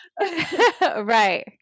Right